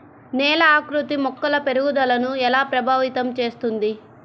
నేల ఆకృతి మొక్కల పెరుగుదలను ఎలా ప్రభావితం చేస్తుంది?